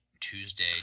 Tuesday